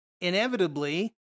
inevitably